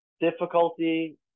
difficulty